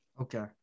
Okay